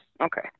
Okay